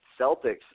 Celtics